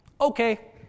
okay